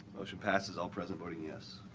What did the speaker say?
motion passes, all present voting yes.